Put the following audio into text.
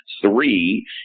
three